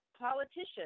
politicians